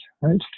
right